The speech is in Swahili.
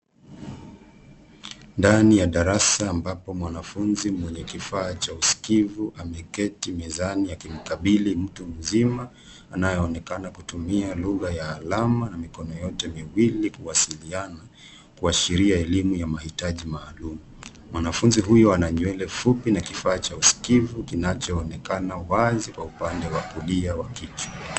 Ndani ya darasa ambapo mwanafunzi mwenye kifaa cha usikivu ameketi mezani akimkabili mtu mzima, anayeonekana kutumia lugha ya alama na mikono yote miwili kuwasiliana, kuashiria elimu ya mahitaji maalum. Mwanafunzi huyo ana nywele fupi na kifaa cha usikivu kinachoonekana wazi upande kwa kulia wa kichwa.